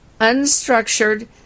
unstructured